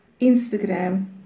Instagram